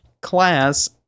class